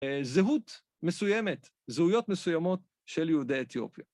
זהות מסוימת, זהויות מסוימות של יהודי אתיופיה.